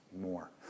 more